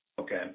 Okay